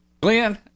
Glenn